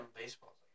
baseball